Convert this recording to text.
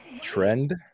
Trend